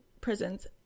prisons